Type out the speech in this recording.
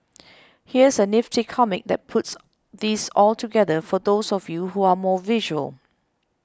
here's a nifty comic that puts this all together for those of you who are more visual